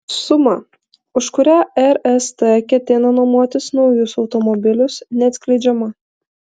suma už kurią rst ketina nuomotis naujus automobilius neatskleidžiama